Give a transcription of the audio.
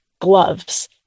Gloves